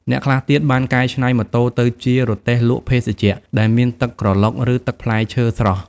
អ្នកខ្លះទៀតបានកែច្នៃម៉ូតូទៅជា រទេះលក់ភេសជ្ជៈ ដែលមានទឹកក្រឡុក ឬទឹកផ្លែឈើស្រស់។